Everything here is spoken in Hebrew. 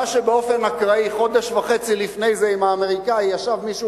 בפגישה של חיים רמון עם סאיב עריקאת ב"אמריקן קולוני" ישב מישהו